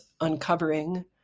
uncovering